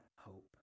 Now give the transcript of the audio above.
hope